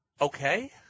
Okay